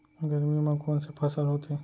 गरमी मा कोन से फसल होथे?